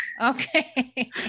Okay